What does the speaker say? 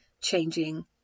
changing